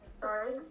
Sorry